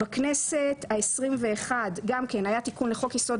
בכנסת ה-21 גם כן היה תיקון לחוק-יסוד: